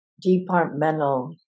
departmental